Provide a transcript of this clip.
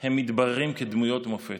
הם מתבררים כדמויות מופת.